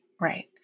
Right